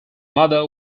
mother